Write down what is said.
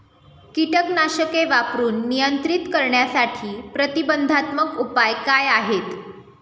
कीटकनाशके वापरून नियंत्रित करण्यासाठी प्रतिबंधात्मक उपाय काय आहेत?